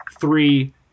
three